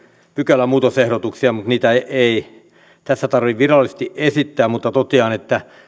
pykälämuutosehdotuksia niitä ei tässä tarvitse virallisesti esittää mutta totean että